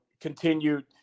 continued